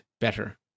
better